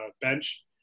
bench